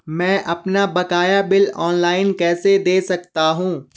मैं अपना बकाया बिल ऑनलाइन कैसे दें सकता हूँ?